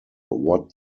what